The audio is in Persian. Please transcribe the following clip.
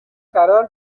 قرار